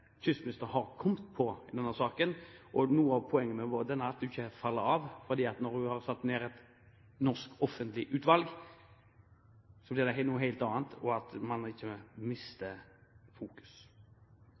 i denne saken. Noe av poenget må være at hun ikke faller av, for når hun har satt ned et norsk offentlig utvalg, blir det noe helt annet – og at man ikke